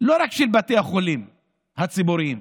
של בתי החולים הציבוריים,